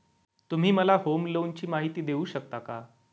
तुम्ही मला होम लोनची माहिती देऊ शकता का?